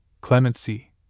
Clemency